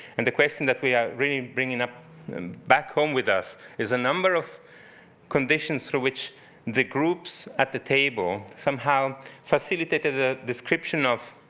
and the question that we are really bringing up and back home with us, is a number of conditions through which the groups at the table somehow facilitated the description of